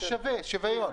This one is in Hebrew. שוויון.